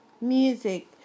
music